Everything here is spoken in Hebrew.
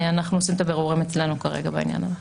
אנחנו עושים את הבירורים אצלנו כרגע בעניין הזה.